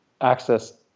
access